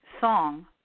song